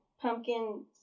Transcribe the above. pumpkin